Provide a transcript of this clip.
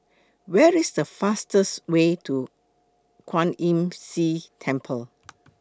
Where IS The fastest Way to Kwan Imm See Temple